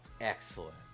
Excellent